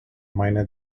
miner